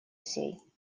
всей